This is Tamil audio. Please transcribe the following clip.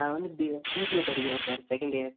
நான் வந்து பி பிபிஏ படிக்கிறேன் சார் செகண்ட் இயர்